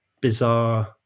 bizarre